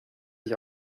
ich